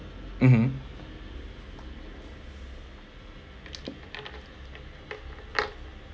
mmhmm